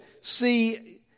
see